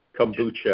kombucha